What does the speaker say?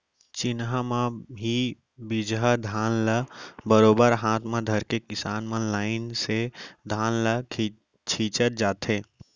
चिन्हा म ही बीजहा धान ल बरोबर हाथ म धरके किसान मन लाइन से धान ल छींचत जाथें